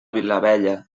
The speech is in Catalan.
vilavella